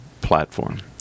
platform